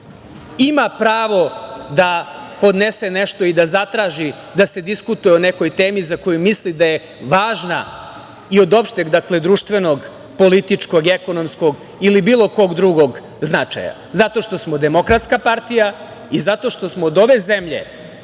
Ima pravo da podnese nešto i da zatraži da se diskutuje o nekoj temi za koju misli da je važna i od opšteg društvenog, političkog, ekonomskog ili bilo kog drugog značaja. Zato što smo demokratska partija i zato što smo od ove zemlje